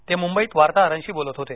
ते मुंबईत वार्ताहरांशी बोलत होते